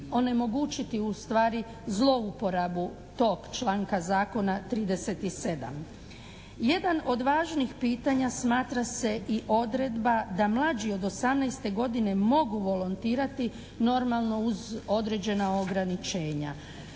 onemogućiti ustvari zlouporabu tog članka zakona 37. Jedan od važnih pitanja smatra se i odredba da mlađi od 18. godine mogu volontirati, normalno uz određena ograničenja.